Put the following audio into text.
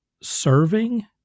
serving